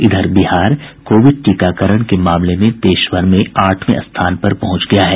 इधर बिहार कोविड टीकाकरण के मामले में देश भर में आठवें स्थान पर पहुंच गया है